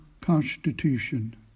constitution